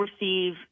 receive